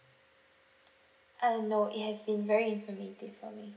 uh no it has been very informative for me